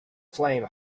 flame